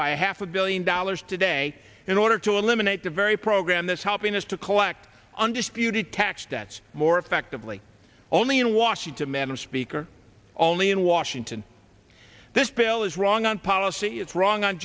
by half a billion dollars today in order to eliminate the very program this helping us to collect undisputed tax debts more effectively only in washington madam speaker only in washington this bill is wrong on policy it's wrong on